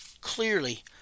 clearly